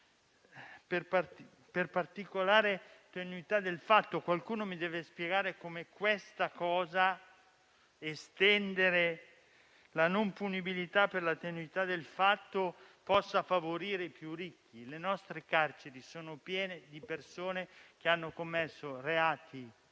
per particolare tenuità del fatto. Qualcuno mi deve spiegare come l'estendere la non punibilità per la tenuità del fatto possa favorire i più ricchi. Le nostre carceri sono piene di persone che hanno commesso reati